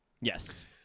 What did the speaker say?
Yes